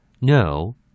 No